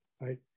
right